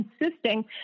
insisting